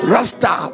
Rasta